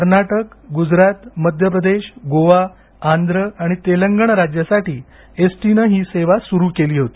कर्नाटक गुजरात मध्यप्रदेश गोवा आंध्र आणि तेलंगण राज्यासाठी S T नं ही सेवा सुरु केली होती